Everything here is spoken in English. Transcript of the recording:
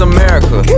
America